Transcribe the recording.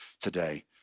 today